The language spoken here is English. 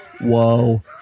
whoa